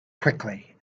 quickly